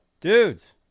Dudes